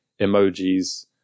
emojis